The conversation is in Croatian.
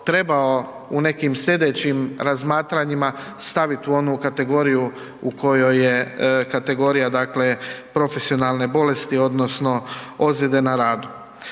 u nekim sljedećim razmatranjima staviti u onu kategoriju u kojoj je kategorija dakle, profesionalne bolesti odnosno ozljede na radu.